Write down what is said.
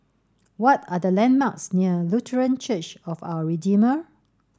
what are the landmarks near Lutheran Church of Our Redeemer